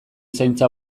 zaintza